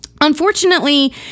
Unfortunately